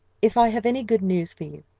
if i have any good news for you,